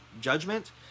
judgment